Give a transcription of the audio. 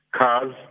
cars